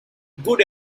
good